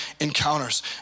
encounters